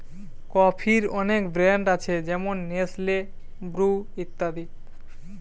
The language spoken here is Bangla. কফির অনেক ব্র্যান্ড আছে যেমন নেসলে, ব্রু ইত্যাদি